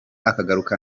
akagaruka